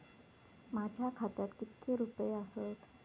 माझ्या खात्यात कितके रुपये आसत?